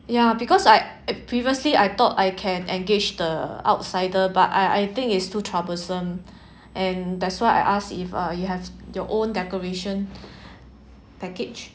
ya because I previously I thought I can engage the outsider but I I think it's too troublesome and that's why I asked if uh you have your own decoration package